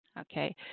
Okay